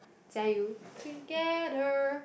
jiayou together